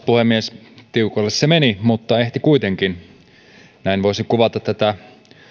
puhemies tiukoille se meni mutta ehti kuitenkin näin voisi kuvata tätä